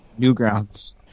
Newgrounds